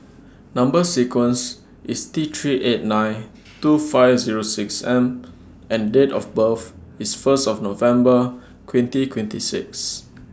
Number sequence IS T three eight nine two five Zero six M and Date of birth IS First of November twenty twenty six